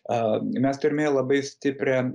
a mes turime labai stiprią